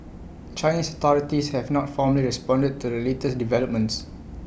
Chinese authorities have not formally responded to the latest developments